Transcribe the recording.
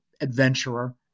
adventurer